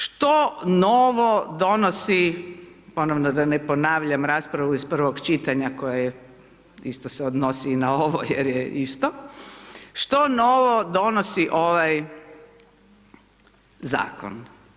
Što novo donosi ponovno da ne ponavljam raspravu iz prvog čitanja koja je, isto se odnosi i na ovo jer je isto, što novo donosi ovaj zakon?